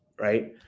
Right